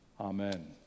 Amen